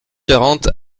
quarante